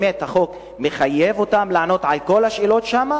החוק באמת מחייב אותם לענות על כל השאלות שם,